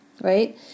right